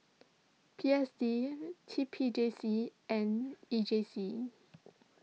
P S D T P J C and E J C